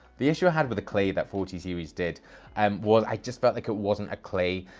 the issue i had with the clay that forte series did um was i just felt like it wasn't a clay.